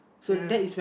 ya